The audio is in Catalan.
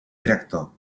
director